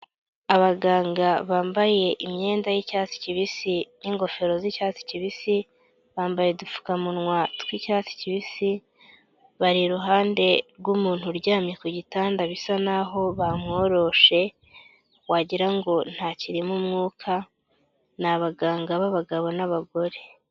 Abaganga bambaye imyenda y'icyatsi kibisi n'ingofero z'icyatsi kibisi, bambaye udupfukamunwa tw'icyatsi kibisi, bari iruhande rw'umuntu uryamye ku gitanda bisa naho bakworoshe wagira ngo ntakirimo umwuka, ni abaganga b'abagabo n'abagore.